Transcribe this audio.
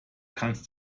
kannst